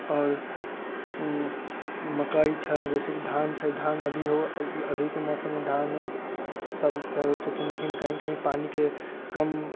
आओर मकै छै जैसेकि धान छै धान अभी हो धान अभीके मौसममे धान होयत छथिन लेकिन कही कही पानिके कम